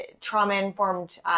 trauma-informed